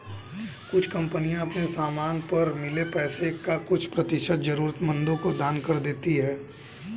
कुछ कंपनियां अपने समान पर मिले पैसे का कुछ प्रतिशत जरूरतमंदों को दान कर देती हैं